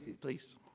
please